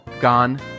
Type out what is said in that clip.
Gone